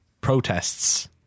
protests